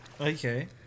Okay